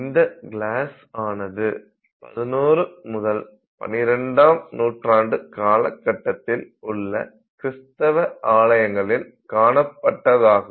இந்த கிளாஸ் ஆனது 11 முதல் 12 ஆம் நூற்றாண்டு காலகட்டத்தில் உள்ள கிறிஸ்துவ ஆலயங்களில் காணப்பட்டதாகவும்